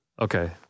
Okay